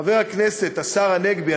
חבר הכנסת השר הנגבי,